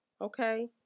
Okay